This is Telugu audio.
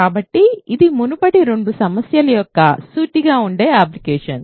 కాబట్టి ఇది మునుపటి రెండు సమస్యల యొక్క సూటిగా ఉండే అప్లికేషన్